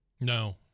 No